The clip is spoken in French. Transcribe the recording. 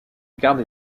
garde